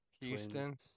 Houston